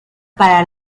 para